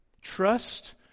trust